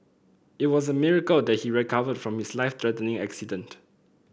it was a miracle that he recovered from his life threatening accident